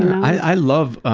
i love